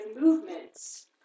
movements